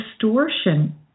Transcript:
distortion